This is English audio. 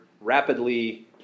rapidly